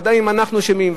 ודאי אם אנחנו אשמים,